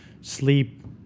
sleep